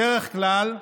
בדרך כלל,